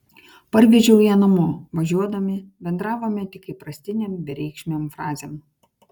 parvežiau ją namo važiuodami bendravome tik įprastinėm bereikšmėm frazėm